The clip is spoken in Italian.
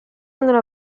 nella